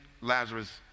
Lazarus